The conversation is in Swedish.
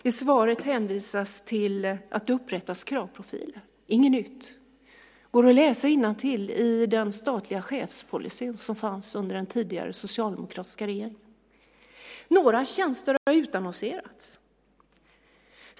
I svaret hänvisas det till att det upprättas kravprofiler. Det är inget nytt. Det går att läsa innantill i den statliga chefspolicyn som fanns under den tidigare socialdemokratiska regeringen. Några tjänster har utannonserats.